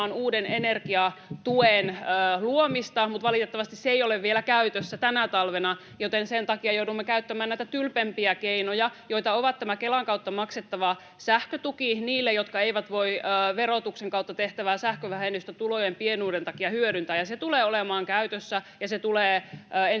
uuden energiatuen luomista. Valitettavasti se ei ole vielä käytössä tänä talvena, joten sen takia joudumme käyttämään näitä tylpempiä keinoja, joita ovat tämä Kelan kautta maksettava sähkötuki niille, jotka eivät voi verotuksen kautta tehtävää sähkövähennystä tulojen pienuuden takia hyödyntää. Se tulee olemaan käytössä, ja se tulee ensi vuoden